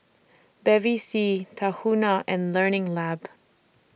Bevy C Tahuna and Learning Lab